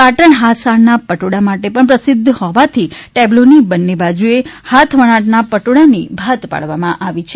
પાટણ હાથસાળનાં પટોળા માટે પણ પ્રસિદ્ધ હોવાથી ટેબ્લોની બંને બાજુએ હાથવણાટના પટોળાની ભાત પાડવામાં આવી છે